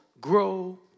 grow